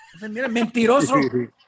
Mentiroso